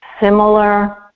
similar